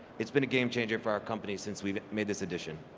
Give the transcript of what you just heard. it's been a game changer for our company since we've made this addition.